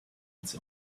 its